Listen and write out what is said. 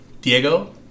Diego